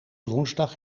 woensdag